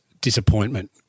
disappointment